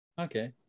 Okay